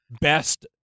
best